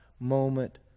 moment